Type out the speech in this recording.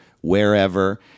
wherever